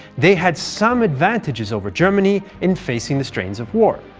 they had some advantages over germany in facing the strains of war,